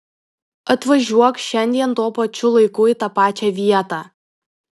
atvažiuok šiandien tuo pačiu laiku į tą pačią vietą